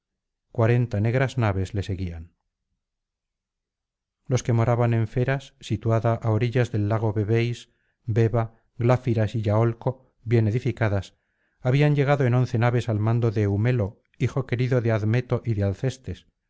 negras naves le seguían los que moraban en peras situada á orillas del lago bebéis beba gláfiras y yaolco bien edificada habían llegado en once naves al mando de eumelo hijo querido de admeto y de alcestes